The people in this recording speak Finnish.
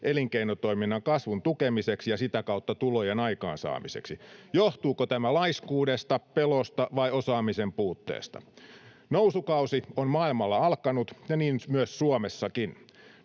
elinkeinotoiminnan kasvun tukemiseksi ja sitä kautta tulojen aikaansaamiseksi. Johtuuko tämä laiskuudesta, pelosta vai osaamisen puutteesta? Nousukausi on maailmalla alkanut, niin myös Suomessakin.